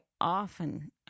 often